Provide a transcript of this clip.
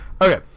Okay